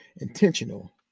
intentional